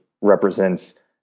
represents